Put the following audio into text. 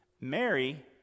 Mary